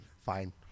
Fine